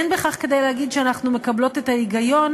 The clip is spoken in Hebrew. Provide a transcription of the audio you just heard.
אין בכך כדי להגיד שאנחנו מקבלות את ההיגיון